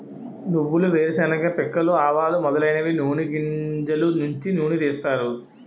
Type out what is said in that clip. నువ్వులు వేరుశెనగ పిక్కలు ఆవాలు మొదలైనవి నూని గింజలు నుంచి నూనె తీస్తారు